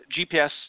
GPS